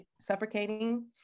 suffocating